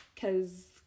Cause